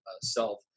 self